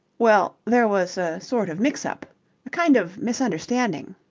well, there was a sort of mix-up. a kind of misunderstanding.